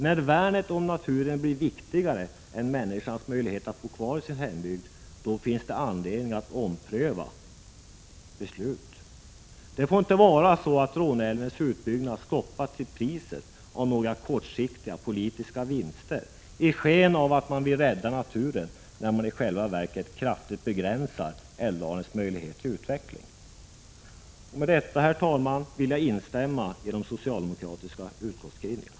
När värnet om naturen blir viktigare än människornas möjlighet att bo kvar i sin hembygd, då finns det anledning att ompröva beslut. Det får inte bli så att Råneälvens utbyggnad stoppas till priset av några kortsiktiga politiska vinster och under sken av att man vill rädda naturen, när man i själva verket kraftigt begränsar älvdalens möjlighet till utveckling. Med detta, herr talman, vill jag instämma i de socialdemokratiska utskottsskrivningarna.